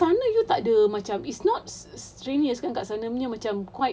selama ni dia tak ada macam it's not strenuous kat sana punya macam quite